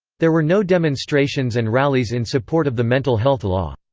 there were no demonstrations and rallies in support of the mental health law.